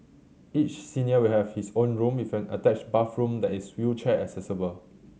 each senior will have his own room with an attached bathroom that is wheelchair accessible